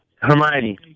Hermione